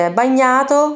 bagnato